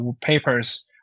papers